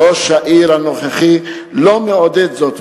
ראש העיר הנוכחי לא מעודד זאת,